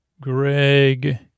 Greg